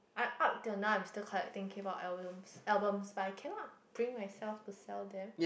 up up till now I'm still collecting k-pop albums albums but I cannot bring myself to sell them